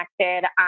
connected